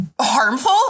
harmful